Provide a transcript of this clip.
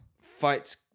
Fights